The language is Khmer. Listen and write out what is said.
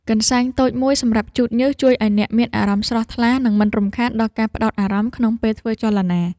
កន្សែងតូចមួយសម្រាប់ជូតញើស ជួយឱ្យអ្នកមានអារម្មណ៍ស្រស់ថ្លា និងមិនរំខានដល់ការផ្ដោតអារម្មណ៍ក្នុងពេលធ្វើចលនា។